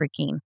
freaking